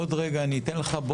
עוד רגע אני אתן לך.